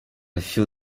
feel